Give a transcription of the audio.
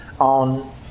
on